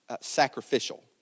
sacrificial